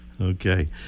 Okay